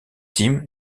tim